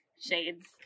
shades